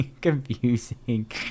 confusing